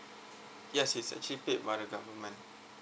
yes it's actually paid by the government